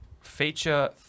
feature